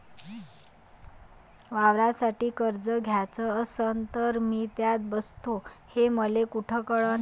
वावरासाठी कर्ज घ्याचं असन तर मी त्यात बसतो हे मले कुठ कळन?